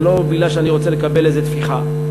זה לא כי אני רוצה לקבל איזו טפיחה,